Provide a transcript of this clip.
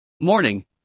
Morning